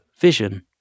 vision